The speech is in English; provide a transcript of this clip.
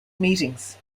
meetings